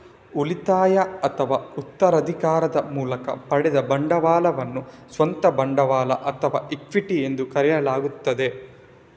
ಉಳಿತಾಯ ಅಥವಾ ಉತ್ತರಾಧಿಕಾರದ ಮೂಲಕ ಪಡೆದ ಬಂಡವಾಳವನ್ನು ಸ್ವಂತ ಬಂಡವಾಳ ಅಥವಾ ಇಕ್ವಿಟಿ ಎಂದು ಕರೆಯಲಾಗುತ್ತದೆ